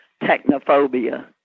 technophobia